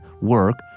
work